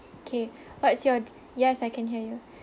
okay what's your yes I can hear you